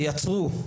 תייצרו.